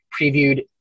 previewed